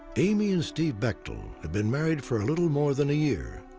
amy and steve bechtel had been married for a little more than a year.